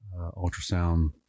ultrasound